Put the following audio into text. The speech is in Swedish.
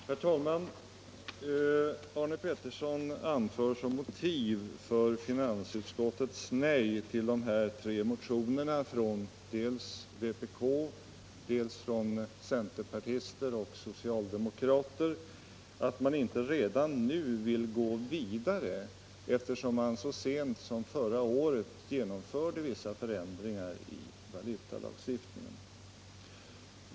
Herr talman! Herr Pettersson i Malmö anför som motiv för finansutskottets nej till de tre motionerna från dels vpk, dels centern och socialdemokraterna att man inte redan nu vill gå vidare eftersom man så sent som förra året genomförde vissa förändringar i valutalagstiftningen.